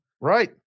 Right